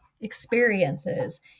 experiences